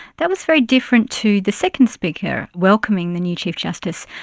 that was very different to the second speaker welcoming the new chief justice,